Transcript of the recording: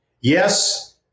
Yes